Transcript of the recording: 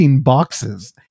boxes